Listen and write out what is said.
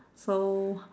so